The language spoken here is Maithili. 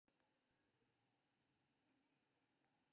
घरेलू मांगक पूर्ति लेल देश मे हर साल मोती के आयात कैल जाइ छै